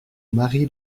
mari